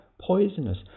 poisonous